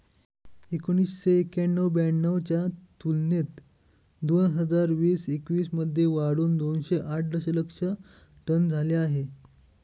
एकोणीसशे एक्क्याण्णव ब्याण्णव च्या तुलनेत दोन हजार वीस एकवीस मध्ये वाढून दोनशे आठ दशलक्ष टन झाले आहे